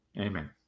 amen